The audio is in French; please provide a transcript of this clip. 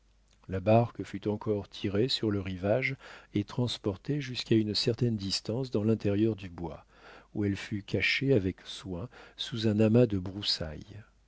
la barque fut encore tirée sur le rivage et transportée jusqu'à une certaine distance dans l'intérieur du bois où elle fut cachée avec soin sous un amas de broussailles